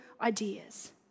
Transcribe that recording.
ideas